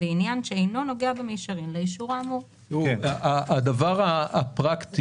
בעניין שאינו נוגע במישרין לאישור האמור." הדבר הפרקטי,